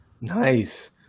Nice